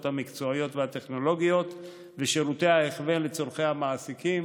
המקצועיות והטכנולוגיות ושירותי ההכוון לצורכי המעסיקים,